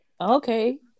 Okay